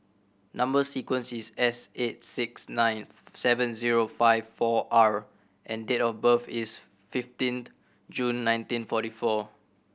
number sequence is S eight six nine seven zero five four R and date of birth is fifteenth June nineteen forty four